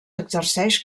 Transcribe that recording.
exerceix